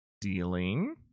Dealing